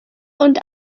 und